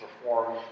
perform